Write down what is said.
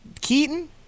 Keaton